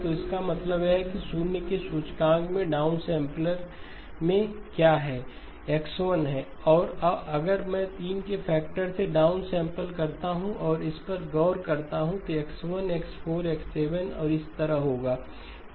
तो इसका मतलब है कि शून्य के सूचकांक में डाउनसैंपलर में क्या है X1 है और अगर मैं अब 3 के फैक्टर से डाउनसैंपल करता हूं और इस पर गौर करता हूं तो यहX1 X4 X7और इसी तरह होगा